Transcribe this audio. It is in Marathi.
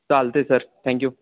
चालते सर थँक्यू